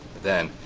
then,